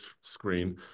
screen